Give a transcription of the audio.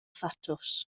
thatws